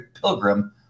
pilgrim